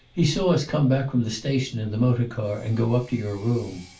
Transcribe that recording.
he saw us come back from the station in the motor-car and go up to your room.